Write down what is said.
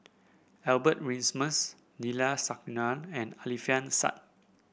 Albert Winsemius Neila Sathyalingam and Alfian Sa'at